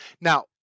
Now